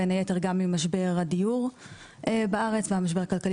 בין היתר גם ממשבר הדיור בארץ והמשבר הכלכלי